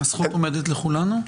הזכות עומדת לכולנו?